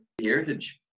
heritage